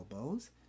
elbows